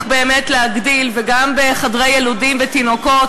באמת להגדיל וגם בחדרי יילודים ותינוקות,